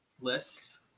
lists